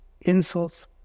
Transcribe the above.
insults